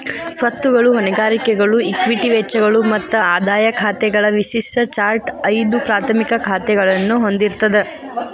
ಸ್ವತ್ತುಗಳು, ಹೊಣೆಗಾರಿಕೆಗಳು, ಇಕ್ವಿಟಿ ವೆಚ್ಚಗಳು ಮತ್ತ ಆದಾಯ ಖಾತೆಗಳ ವಿಶಿಷ್ಟ ಚಾರ್ಟ್ ಐದು ಪ್ರಾಥಮಿಕ ಖಾತಾಗಳನ್ನ ಹೊಂದಿರ್ತದ